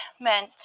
meant